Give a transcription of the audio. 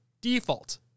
default